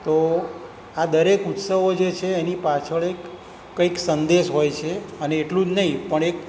તો આ દરેક ઉત્સવો જે છે એની પાછળ એક કંઈક સંદેશ હોય છે અને એટલું જ નહીં પણ એક